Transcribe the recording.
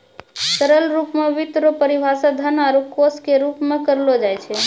सरल रूप मे वित्त रो परिभाषा धन आरू कोश के रूप मे करलो जाय छै